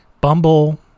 Bumble